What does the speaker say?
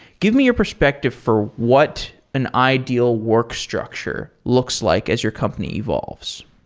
give me your perspective for what an ideal work structure looks like as your company evolves?